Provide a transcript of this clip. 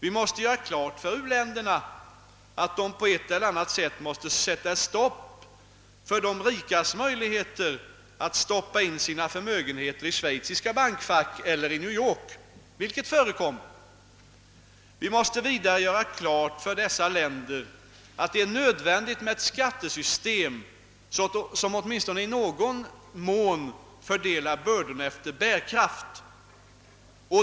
Vi måste göra klart för u-länderna att de på ett eller annat sätt måste sätta stopp för de rikas möjligheter att placera sina förmögenheter i schweiziska bankfack eller i New York vilket förekommer. Vi måste vidare klargöra för dessa länder att det är nödvändigt med ett skattesystem som åtminstone i någon mån fördelar bördorna efter bärkraft.